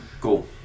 cool